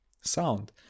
sound